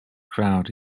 crowd